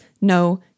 no